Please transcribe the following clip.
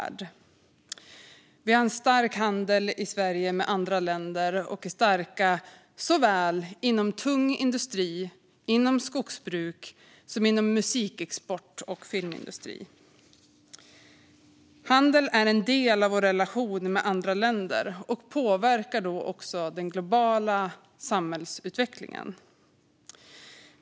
Sverige har en stark handel med andra länder, och vi är starka såväl inom tung industri och skogsbruk som inom musikexport och filmindustri. Handel är en del av vår relation med andra länder och påverkar också den globala samhällsutvecklingen.